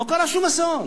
לא קרה שום אסון.